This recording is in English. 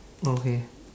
okay